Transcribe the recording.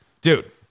dude